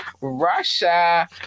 Russia